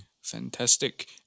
Fantastic